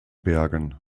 bergen